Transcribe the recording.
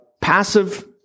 passive